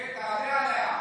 כן, תענה עליה.